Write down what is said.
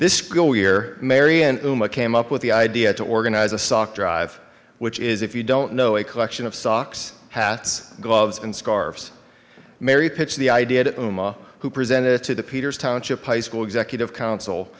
this school year marian came up with the idea to organize a sock drive which is if you don't know a collection of socks hats gloves and scarves mary pitched the idea that who presented to the peters township high school executive council